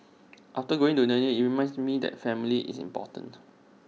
after going into the New Year IT reminds me that family is important